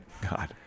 God